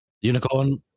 Unicorn